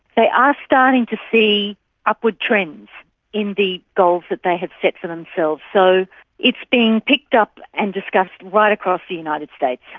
they are starting to see upward trends in the goals that they have set for themselves. so it's being picked up and discussed right across the united states.